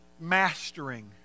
mastering